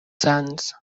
sants